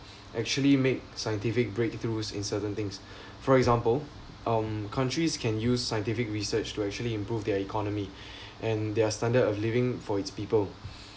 actually make scientific breakthroughs in certain things for example um countries can use scientific research to actually improve their economy and their standard of living for its people